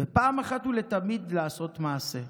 ופעם אחת ולתמיד לעשות מעשה.